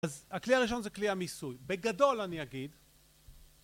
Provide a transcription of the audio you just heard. אז הכלי הראשון זה כלי המיסוי, בגדול אני אגיד